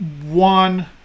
one